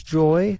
joy